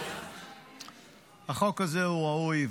החוק הזה ראוי,